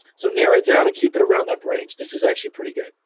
so, narrow it down and keep it around that range. this is actually pretty good,